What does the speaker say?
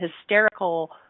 hysterical